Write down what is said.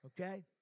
okay